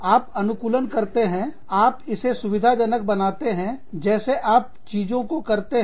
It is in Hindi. आप अनुकूलन करते हैं आप इसे सुविधाजनक बनाते हैंजैसे आप चीजों को करते हैं